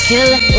Killer